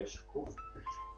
הקרן עובדת ועובדת בקצבים מאוד